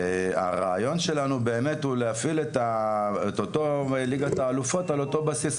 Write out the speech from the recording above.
הרעיון שלנו הוא באמת להפעיל את אותה ליגת האלופות על אותו בסיס,